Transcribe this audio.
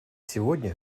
сегодня